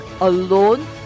alone